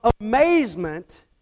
amazement